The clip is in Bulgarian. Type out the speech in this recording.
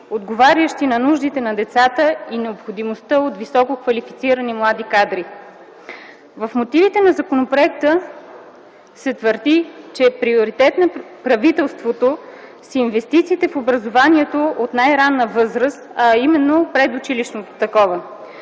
отговарящи на нуждите на децата и необходимостта от висококвалифицирани млади кадри. В мотивите на законопроекта се твърди, че приоритет на правителството с инвестиции в образованието е от най-ранна възраст, а именно в предучилищното такова.